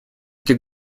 этих